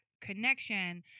connection